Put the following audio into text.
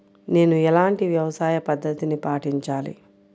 నేను ఎలాంటి వ్యవసాయ పద్ధతిని పాటించాలి?